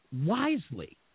wisely